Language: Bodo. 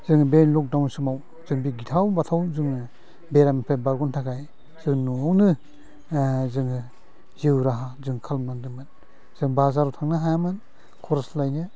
जों बे लकडाउन समाव जों बे गिथाव बाथाव जोङो बेरामनिफ्राय बारग'नो थाखाय जों न'आवनो जोङो जिउ राहा जों खालामनानदोंमोन जों बाजाराव थांनो हायामोन खरस लायनो